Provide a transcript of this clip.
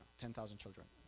ten thousand children,